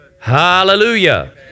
hallelujah